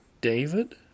David